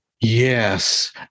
Yes